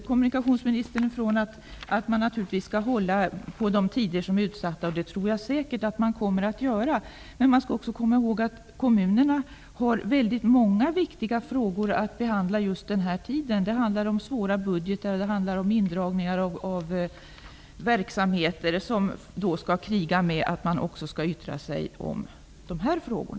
Kommunikationsministern utgår från att man naturligtvis skall hålla de tider som är utsatta. Det tror jag säkert att man kommer att göra, men vi skall också komma ihåg att kommunerna har väldigt många andra viktiga frågor att behandla just den här tiden. Det handlar om svåra budgetar och indragningar i verksamheter som då får ''kriga'' med denna fråga, vilken man också skall yttra sig över.